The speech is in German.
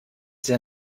sehr